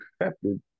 accepted